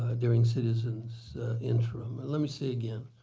ah during citizen's interim. let me say again,